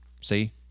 See